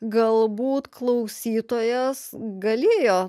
galbūt klausytojas galėjo